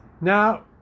Now